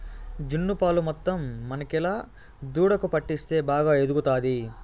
జున్ను పాలు మొత్తం మనకేలా దూడకు పట్టిస్తే బాగా ఎదుగుతాది